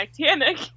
Titanic